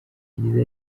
yagize